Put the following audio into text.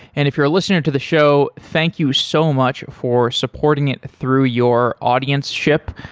and if you're a listener to the show, thank you so much for supporting it through your audienceship.